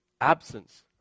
absence